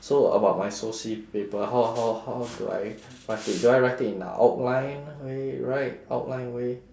so about my soci paper how how how do I write it do I write it in a outline way write outline way